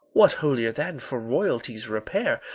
what holier than for royalty's repair,